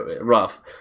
rough